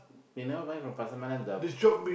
you never buy from Pasar-Malam the